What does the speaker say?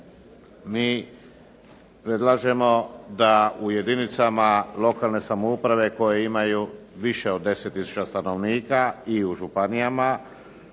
mi predlažemo da u jedinicama lokalne samouprave koje imaju više od 10 tisuća stanovnika i u županijama,